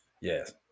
yes